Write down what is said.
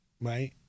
right